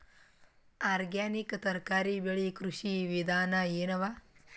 Organic ತರಕಾರಿ ಬೆಳಿ ಕೃಷಿ ವಿಧಾನ ಎನವ?